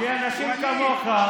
כי אנשים כמוך,